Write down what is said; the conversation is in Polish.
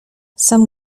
sam